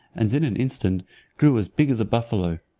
and in an instant grew as big as a buffalo.